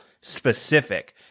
specific